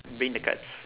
bring the cards